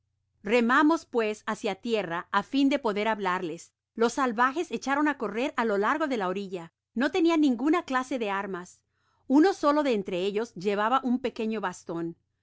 remamos pues hácia tierra á fin de poder hablarles los salvajes echaron á correr á lo largo de la orilla no tenian ninguna clase de armas uno solo de entre ellos llevaba un pequeño baston xuri